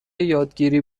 یادگیری